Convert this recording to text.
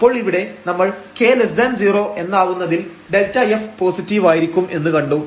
അപ്പോൾ ഇവിടെ നമ്മൾ k0 എന്നാവുന്നതിൽ Δf പോസിറ്റീവ് ആയിരിക്കും എന്ന് കണ്ടു